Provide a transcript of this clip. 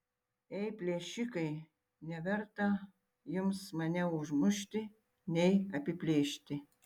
ei plėšikai neverta jums mane užmušti nei apiplėšti